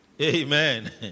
Amen